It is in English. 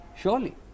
surely